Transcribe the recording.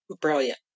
brilliant